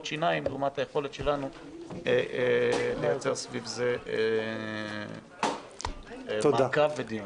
שיניים לעומת היכולת שלנו לייצר סביב זה מעקב ודיון.